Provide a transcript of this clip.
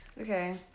Okay